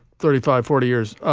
thirty five, forty years